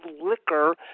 liquor